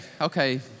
okay